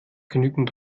genügend